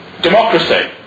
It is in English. democracy